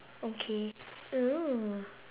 okay no